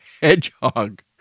Hedgehog